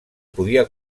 podia